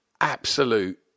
absolute